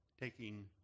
taking